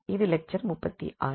இது லெக்சர் 36